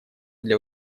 для